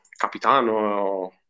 Capitano